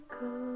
go